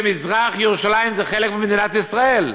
שמזרח-ירושלים זה חלק ממדינת ישראל.